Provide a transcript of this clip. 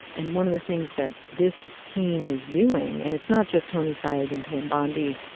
and one of the things that this team is doing and it's not just tony saige and pam bondi,